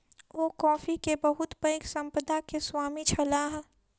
ओ coffee के बहुत पैघ संपदा के स्वामी छलाह